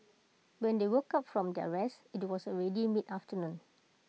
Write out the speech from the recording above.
when they woke up from their rest IT was already mid afternoon